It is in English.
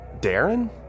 Darren